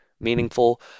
meaningful